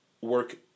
work